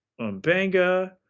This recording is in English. Umbanga